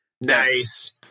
nice